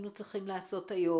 היינו צריכים לעשות היום.